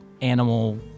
animal